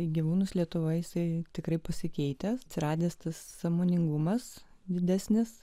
į gyvūnus lietuvoje jisai tikrai pasikeitė atsiradęs tas sąmoningumas didesnis